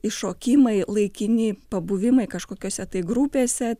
iššokimai laikini pabuvimai kažkokiose tai grupėse